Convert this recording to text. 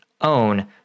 own